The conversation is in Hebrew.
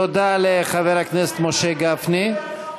תודה לחבר הכנסת משה גפני.